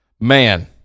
Man